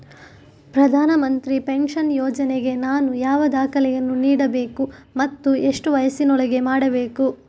ಪ್ರಧಾನ ಮಂತ್ರಿ ಪೆನ್ಷನ್ ಯೋಜನೆಗೆ ನಾನು ಯಾವ ದಾಖಲೆಯನ್ನು ನೀಡಬೇಕು ಮತ್ತು ಎಷ್ಟು ವಯಸ್ಸಿನೊಳಗೆ ಮಾಡಬೇಕು?